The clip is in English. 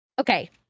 Okay